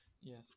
Yes